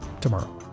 tomorrow